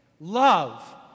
Love